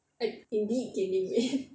indeed gaining weight